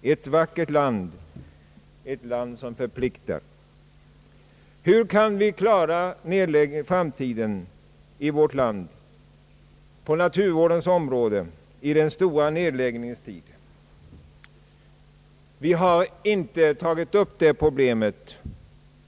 Det är ett vackert land, ett land som förpliktar. Hur skall vi klara naturvården i framtiden, den stora nedläggningens tid? Det problemet har inte tagits upp